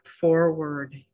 forward